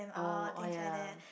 oh oh ya